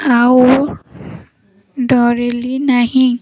ଆଉ ଡରିଲି ନାହିଁ